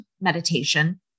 meditation